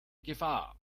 gefahr